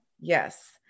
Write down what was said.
Yes